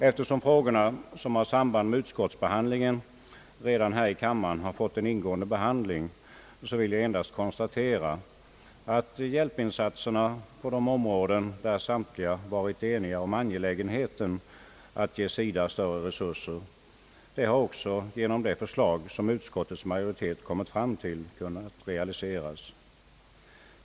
Eftersom de frågor som har samband med utskottsbehandlingen redan har fått en ingående behandling här i kammaren, vill jag endast konstatera, att hjälpinsatserna på de områden där samtliga har varit eniga om angelägenheten av att ge SIDA större resurser har kunnat realiseras genom det förslag som utskottets majoritet har kommit fram till.